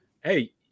Hey